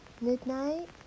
midnight